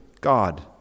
God